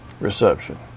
reception